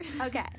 Okay